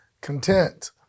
content